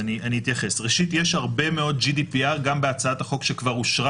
יש הרבה מאוד GDPR גם בהצעת החוק שכבר אושרה